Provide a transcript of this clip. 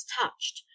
touched